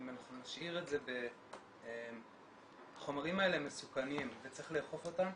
אם אנחנו נשאיר את זה ב"החומרים האלה מסוכנים וצריך לאכוף אותם"